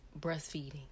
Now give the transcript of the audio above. breastfeeding